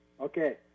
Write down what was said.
Okay